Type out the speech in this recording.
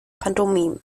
pantomime